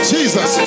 Jesus